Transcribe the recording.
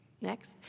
Next